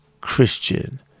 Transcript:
Christian